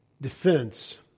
defense